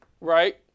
Right